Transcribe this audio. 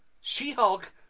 She-Hulk